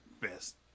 best